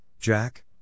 Jack